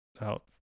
out